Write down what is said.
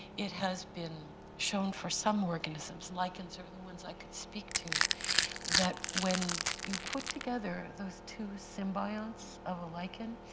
it has been shown for some organisms and lichens are the ones i can speak to that when you put together those two symbionts of a lichen,